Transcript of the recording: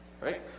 right